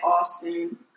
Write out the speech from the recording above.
Austin